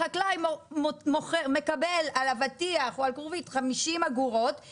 החקלאי מקבל על אבטיח או כרובית 50 אגורות,